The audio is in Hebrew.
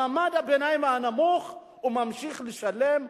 מעמד הביניים הנמוך ממשיך לשלם,